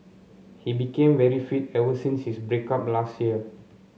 he became very fit ever since his break up last year